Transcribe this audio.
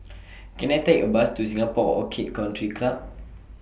Can I Take A Bus to Singapore Orchid Country Club